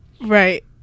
right